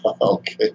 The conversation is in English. okay